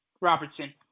Robertson